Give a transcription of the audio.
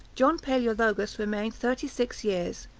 john palaeologus remained thirty-six years,